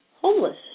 homeless